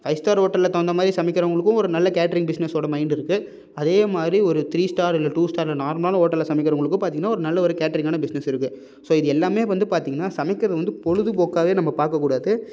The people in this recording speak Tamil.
ஃபைவ் ஸ்டார் ஹோட்டலில் தகுந்த மாதிரி சமைக்கிறவர்களுக்கும் ஒரு நல்ல கேட்ரிங் பிஸ்னஸ்ஸோட மைண்ட் இருக்குது அதே மாதிரி ஒரு த்ரீ ஸ்டார் இல்லை டூ ஸ்டார் இல்லை ஒரு நார்மலான ஹோட்டலில் சமைக்கிறவர்களுக்கும் பார்த்தீங்கன்னா ஒரு நல்ல ஒரு கேட்ரிங்கான பிஸ்னஸ் இருக்குது ஸோ இது எல்லாமே வந்து பார்த்தீங்கன்னா சமைக்கிறது வந்து பொழுதுப்போக்காகவே நம்ம பார்க்கக்கூடாது